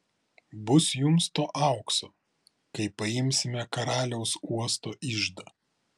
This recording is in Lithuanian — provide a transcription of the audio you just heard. bus jums to aukso kai paimsime karaliaus uosto iždą